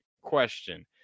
question